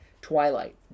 Twilight